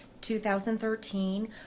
2013